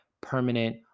permanent